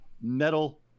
metal